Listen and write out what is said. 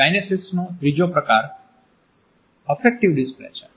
કાઈનેસીક્સનો ત્રીજો પ્રકાર effective display છે